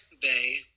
Bay